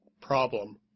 problem